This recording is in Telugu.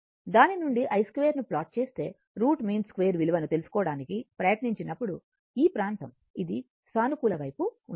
దాని నుండి i2 ను ప్లాట్ చేస్తే రూట్ మీన్ స్క్వేర్ విలువను తెలుసుకోవడానికి ప్రయత్నించినప్పుడు ఈ ప్రాంతం ఇది సానుకూల వైపు ఉంటుంది